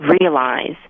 realize